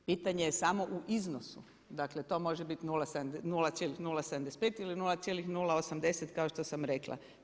Pitanje je samo u iznosu, dakle to može biti 0,075 ili 0,080 kao što sam rekla.